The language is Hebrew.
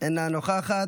אינה נוכחת,